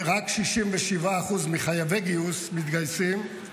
רק 67% מחייבי גיוס, מתגייסים,